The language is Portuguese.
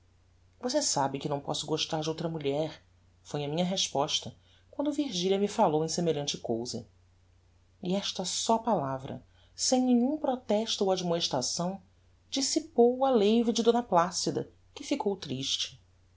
você sabe que não posso gostar de outra mulher foi a minha resposta quando virgilia me falou em semelhante cousa e esta só palavra sem nenhum protesto ou admoestação dissipou o aleive de d placida que ficou triste